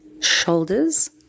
shoulders